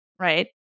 right